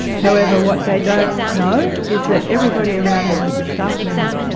however, what they don't know is that everybody around them is a staff member,